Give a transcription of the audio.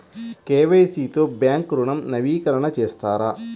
KYC తో bank ఋణం నవీకరణ చేస్తారా?